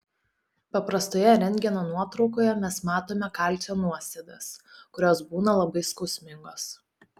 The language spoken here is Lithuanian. paprastoje rentgeno nuotraukoje mes matome kalcio nuosėdas kurios būna labai skausmingos